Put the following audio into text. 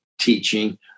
teaching